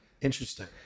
Interesting